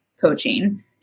coaching